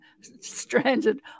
stranded